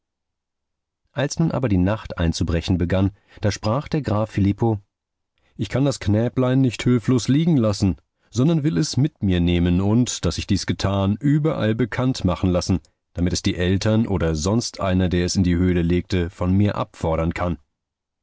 als nun aber die nacht einzubrechen begann da sprach der graf filippo ich kann das knäblein nicht hülflos liegen lassen sondern will es mit mir nehmen und daß ich dies getan überall bekannt machen lassen damit es die eltern oder sonst einer der es in die höhle legte von mir abfordern kann